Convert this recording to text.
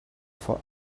for